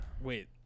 Wait